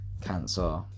cancer